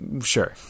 sure